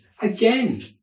Again